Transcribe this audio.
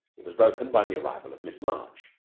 it was broken by the arrival of miss march.